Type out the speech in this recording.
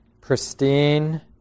pristine